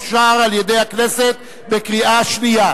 אושר על-ידי הכנסת בקריאה שנייה.